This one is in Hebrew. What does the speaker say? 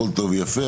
הכול טוב ויפה,